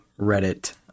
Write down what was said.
Reddit